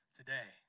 today